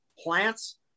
Plants